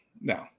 no